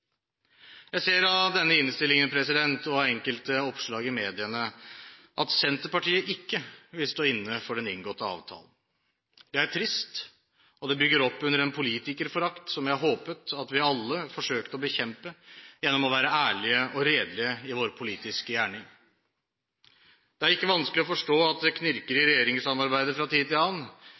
Jeg ser av denne innstillingen og enkelte oppslag i mediene at Senterpartiet ikke vil stå inne for den inngåtte avtalen. Det er trist, og det bygger opp under en politikerforakt som jeg håpet at vi alle forsøkte å bekjempe gjennom å være ærlige og redelige i våre politiske gjerninger. Det er ikke vanskelig å forstå at det knirker i regjeringssamarbeidet fra tid til annen